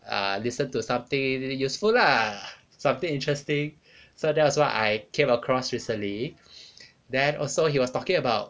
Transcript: err listen to something useful lah something interesting so that was what I came across recently then also he was talking about